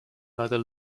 neither